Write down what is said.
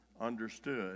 understood